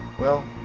well.